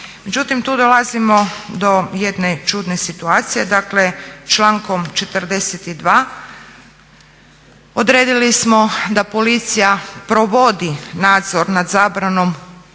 Međutim, tu dolazimo do jedne čudne situacije, dakle člankom 42.odredili smo da policija provodi nadzor nad zabranom